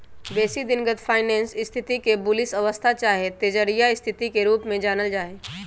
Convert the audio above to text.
बेशी दिनगत फाइनेंस स्थिति के बुलिश अवस्था चाहे तेजड़िया स्थिति के रूप में जानल जाइ छइ